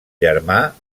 germà